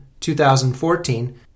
2014